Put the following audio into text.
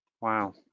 Wow